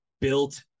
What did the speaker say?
built